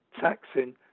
taxing